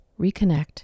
reconnect